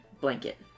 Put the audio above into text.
Blanket